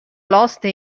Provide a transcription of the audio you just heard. l’oste